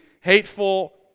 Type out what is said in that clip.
hateful